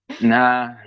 Nah